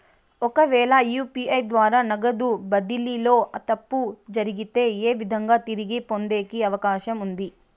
ఒకవేల యు.పి.ఐ ద్వారా నగదు బదిలీలో తప్పు జరిగితే, ఏ విధంగా తిరిగి పొందేకి అవకాశం ఉంది?